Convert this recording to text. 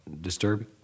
disturbing